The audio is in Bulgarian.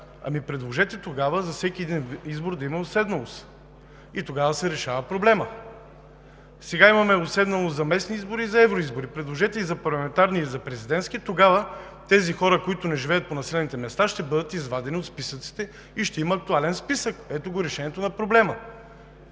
предложете тогава за всеки един избор да има уседналост. И тогава се решава проблемът. Сега имаме уседналост за местни избори и за евроизбори. Предложете и за парламентарни, и за президентски, тогава тези хора, които не живеят по населените места, ще бъдат извадени от списъците и ще има актуален списък. Ето го решението на проблема.